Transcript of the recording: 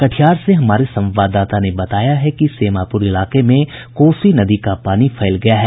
कटिहार से हमारे संवाददाता ने बताया कि सेमापुर इलाके में कोसी नदी का पानी फैल गया है